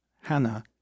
Hannah